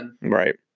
Right